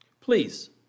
Please